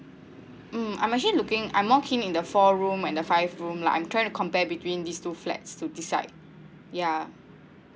mm I'm actually looking I'm more keen in the four room and the five room lah I'm trying to compare between these two flats to decide ya